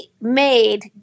made